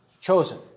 chosen